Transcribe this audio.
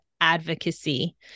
advocacy